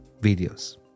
videos